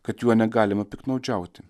kad juo negalima piktnaudžiauti